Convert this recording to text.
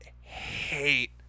hate